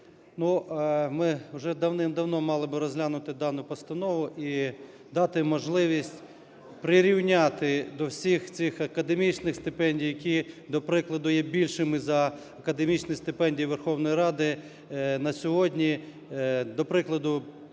ми вже давним-давно мали би розглянути дану постанову і дати можливість прирівняти до всіх цих академічних стипендій, які, до прикладу, є більшими за академічні стипендії Верховної Ради на сьогодні, до прикладу,